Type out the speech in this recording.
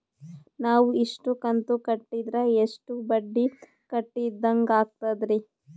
ನಾವು ಇಷ್ಟು ಕಂತು ಕಟ್ಟೀದ್ರ ಎಷ್ಟು ಬಡ್ಡೀ ಕಟ್ಟಿದಂಗಾಗ್ತದ್ರೀ?